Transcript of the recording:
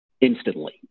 instantly